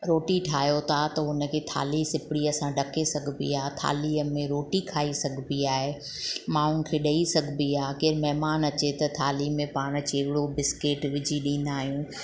रोटी ठाहियो था त हुनखे थाली सिपड़ीअ सां ढके सघिबी आहे थालीअ में रोटी खाई सघिबी आहे माण्हुनि खे ॾेई सघिबी आहे केरु महिमानु अचे त थाली में पाण चिवड़ो बिस्किट विझी ॾींदा आहियूं